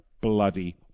bloody